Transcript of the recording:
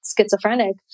schizophrenic